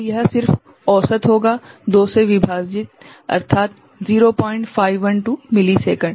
तो यह सिर्फ औसत होगा 2 से विभाजित अर्थात 0512 मिलीसेकंड